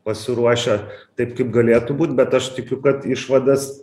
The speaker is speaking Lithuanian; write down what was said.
pasiruošę taip kaip galėtų būt bet aš tikiu kad išvadas